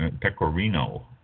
Pecorino